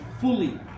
fully